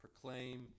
Proclaim